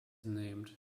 named